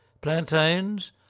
plantains